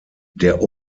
der